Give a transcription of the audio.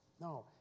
No